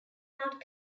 not